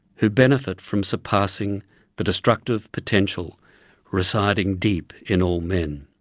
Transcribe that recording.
who benefit from surpassing the destructive potential residing deep in all men.